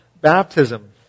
baptism